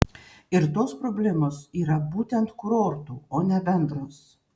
ir tos problemos yra būtent kurortų o ne bendros